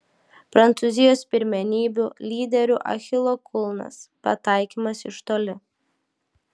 prancūzijos pirmenybių lyderių achilo kulnas pataikymas iš toli